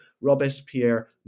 Robespierre